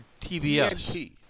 TBS